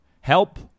Help